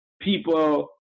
people